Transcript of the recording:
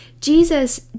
Jesus